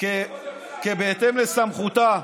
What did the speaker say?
כי בהתאם לסמכותה,